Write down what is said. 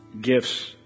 gifts